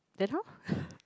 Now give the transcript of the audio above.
then how